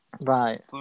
right